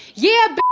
yeah,